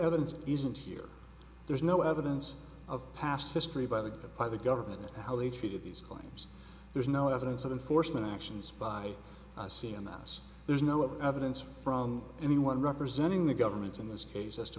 evidence isn't here there's no evidence of past history by the by the government how they treated these claims there's no evidence of enforcement actions by i see a mouse there's no evidence from anyone representing the government in this case as to